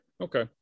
Okay